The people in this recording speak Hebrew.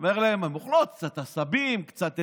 הוא אומר לו: הן אוכלות קצת עשבים, קצת עצים.